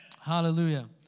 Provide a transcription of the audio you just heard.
Hallelujah